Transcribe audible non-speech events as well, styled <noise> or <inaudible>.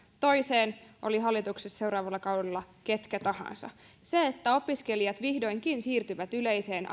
toiseen olivat hallituksessa seuraavalla kaudella ketkä tahansa opiskelijat vihdoinkin siirtyvät yleiseen <unintelligible>